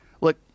Look